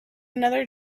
another